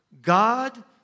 God